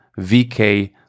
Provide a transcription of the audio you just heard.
VK